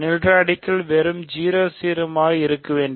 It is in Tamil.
நீலராடிகல் வெறும் 0 சீர்மமாக இருக்க வேண்டும்